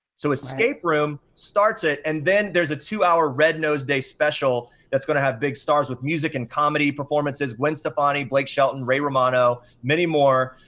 so, escape room starts it, and then there's a two hour red nose day special that's gonna have big stars with music and comedy performances, gwen stefani, blake shelton, ray romano, many more.